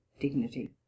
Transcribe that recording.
dignity